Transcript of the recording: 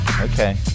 Okay